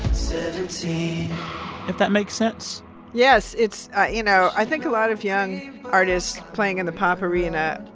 seventeen. if that makes sense yes. it's ah you know, i think a lot of young artists playing in the pop arena,